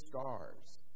stars